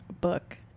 book